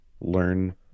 learn